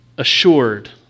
Assured